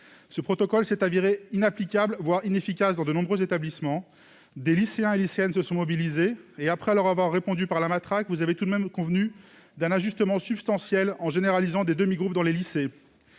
Ce protocole s'est avéré inapplicable, voire inefficace, dans de nombreux établissements ; des lycéens et lycéennes se sont mobilisés et, après leur avoir répondu par la matraque, vous êtes tout de même convenu d'un ajustement substantiel en généralisant les demi-groupes dans les lycées.